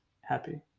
happy